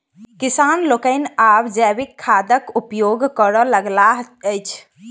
किसान लोकनि आब जैविक खादक उपयोग करय लगलाह अछि